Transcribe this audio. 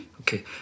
Okay